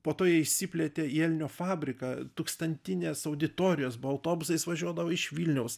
po to jie išsiplėtė į elnio fabriką tūkstantinės auditorijos buvo autobusais važiuodavo iš vilniaus